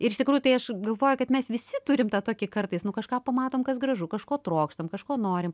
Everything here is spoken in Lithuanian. ir iš tikrųjų tai aš galvoju kad mes visi turim tą tokį kartais nu kažką pamatom kas gražu kažko trokštam kažko norim